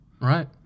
Right